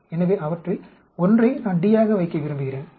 எனவே அவற்றில் 1 ஐ நான் D ஆக வைக்க விரும்புகிறேன்